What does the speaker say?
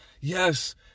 yes